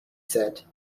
said